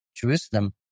Jerusalem